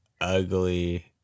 ugly